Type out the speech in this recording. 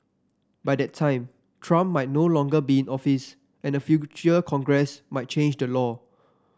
by that time Trump might no longer be in office and a future Congress might change the law